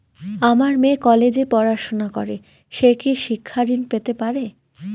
আমার মেয়ে কলেজে পড়াশোনা করে সে কি শিক্ষা ঋণ পেতে পারে?